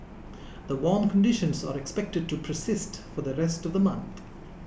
the warm conditions are expected to persist for the rest of the month